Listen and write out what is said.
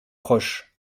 proches